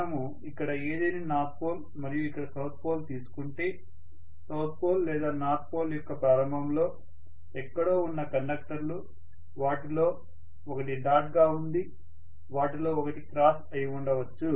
మనము ఇక్కడ ఏదేని నార్త్ పోల్ మరియు ఇక్కడ సౌత్ పోల్ తీసుకుంటే సౌత్ పోల్ లేదా నార్త్ పోల్ యొక్క ప్రారంభంలో ఎక్కడో ఉన్న కండక్టర్లు వాటిలో ఒకటి డాట్ గా ఉంది వాటిలో ఒకటి క్రాస్ అయి ఉండవచ్చు